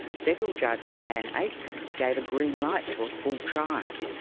federal judge anne aitkins gave a green light to a full trial,